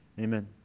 Amen